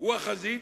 הוא החזית,